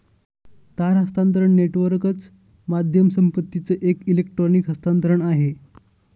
तार हस्तांतरण नेटवर्कच माध्यम संपत्तीचं एक इलेक्ट्रॉनिक हस्तांतरण आहे